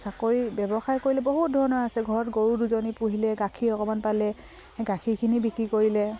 চাকৰি ব্যৱসায় কৰিলে বহুত ধৰণৰ আছে ঘৰত গৰু দুজনী পুহিলে গাখীৰ অকমান পালে গাখীৰখিনি বিক্ৰী কৰিলে